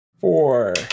Four